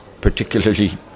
particularly